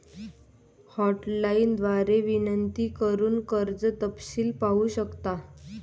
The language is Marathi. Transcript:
हॉटलाइन द्वारे विनंती करून कर्ज तपशील पाहू शकता